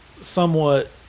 somewhat